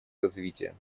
развития